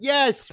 Yes